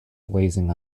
blazing